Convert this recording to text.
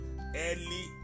early